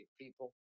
people